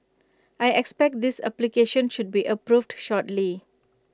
I expect his application should be approved shortly